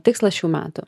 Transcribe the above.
tikslas šių metų